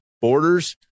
borders